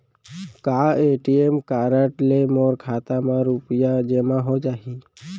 का ATM card ले मोर खाता म रुपिया जेमा हो जाही?